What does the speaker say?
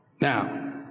Now